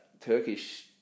Turkish